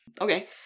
Okay